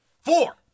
Four